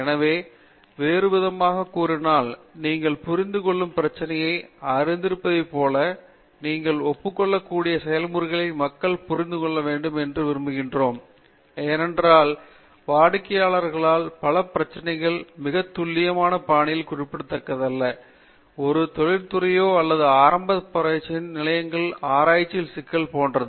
பேராசிரியர் ஸ்ரீகாந்த வேதாந்தம் எனவே வேறுவிதமாகக் கூறினால் நீங்கள் புரிந்து கொள்ளும் பிரச்சனையை அறிந்திருப்பதைப்போல நீங்கள் ஒப்புக் கொள்ளக்கூடிய செயல்முறையை மக்கள் புரிந்துகொள்ள வேண்டும் என விரும்புகிறோம் ஏனென்றால் வாடிக்கையாளரால் பல பிரச்சினைகள் மிகத் துல்லியமான பாணியில் குறிப்பிடப்படவில்லை ஒரு தொழிற்துறையோ அல்லது ஆரம்ப ஆராய்ச்சி நிலையங்களில் எமது ஆராய்ச்சி சிக்கல் போன்றது